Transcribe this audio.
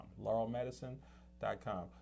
laurelmedicine.com